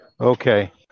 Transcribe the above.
Okay